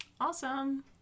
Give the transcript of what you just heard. awesome